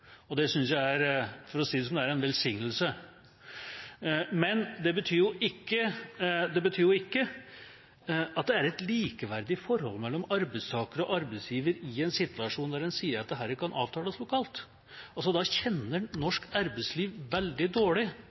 og det syns jeg er, for å si det slik, en velsignelse! Men det betyr ikke at det er et likeverdig forhold mellom arbeidstaker og arbeidsgiver i en situasjon der en sier at dette kan avtales lokalt. Hvis en tror det, kjenner en norsk arbeidsliv veldig dårlig.